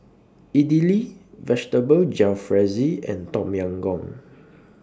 Idili Vegetable Jalfrezi and Tom Yam Goong